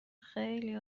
خیلی